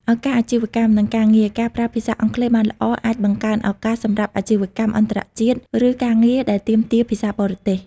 ឱកាសអាជីវកម្ម និងការងារ ការប្រើភាសាអង់គ្លេសបានល្អអាចបង្កើនឱកាសសម្រាប់អាជីវកម្មអន្តរជាតិ ឬការងារដែលទាមទារភាសាបរទេស។